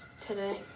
today